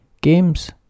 Games